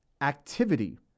activity